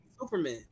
Superman